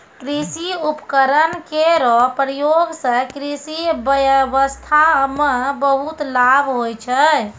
कृषि उपकरण केरो प्रयोग सें कृषि ब्यबस्था म बहुत लाभ होय छै